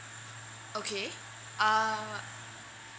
okay err